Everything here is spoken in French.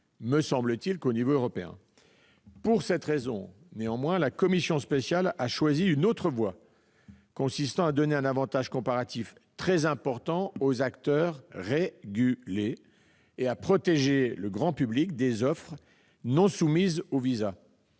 pratique qu'au niveau européen. Pour cette raison, la commission spéciale a choisi une autre voie, consistant à donner un avantage comparatif très important aux acteurs régulés et à protéger le grand public des offres non soumises au visa.